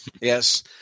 Yes